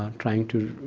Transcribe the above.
um trying to